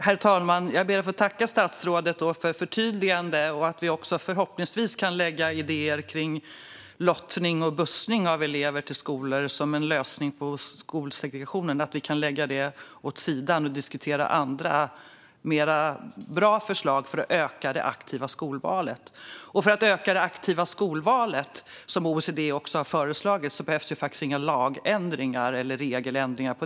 Herr talman! Jag ber att få tacka statsrådet för förtydliganden. Förhoppningsvis kan vi lägga idéer kring lottning och bussning av elever till skolor som en lösning på skolsegregationen åt sidan och i stället diskutera andra bra förslag för att öka det aktiva skolvalet. För att man ska kunna öka det aktiva skolvalet, som OECD också har föreslagit, behövs det faktiskt inga lagändringar eller regeländringar.